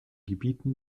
gebieten